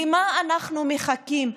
למה אנחנו מחכים?